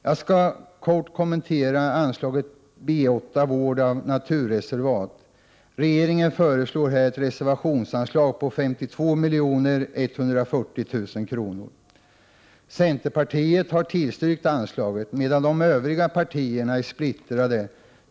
Jag skall kort kommentera anslaget B8 Vård av naturreservat m.m. Regeringen föreslår ett reservationsanslag på 52 140 000 kr. Centerpartiet har tillstyrkt anslaget, medan de övriga partierna är splittrade.